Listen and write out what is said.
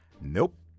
Nope